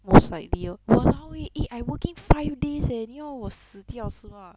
most likely lor !walao! eh eh I working five days leh 你要我死掉是吗